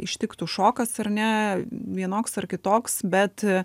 ištiktų šokas ar ne vienoks ar kitoks bet